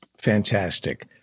Fantastic